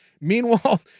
Meanwhile